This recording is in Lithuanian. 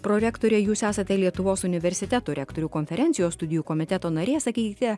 prorektore jūs esate lietuvos universitetų rektorių konferencijos studijų komiteto narė sakykite